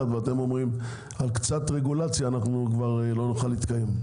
ואתם אומרים שעל קצת רגולציה לא תוכלו להתקיים.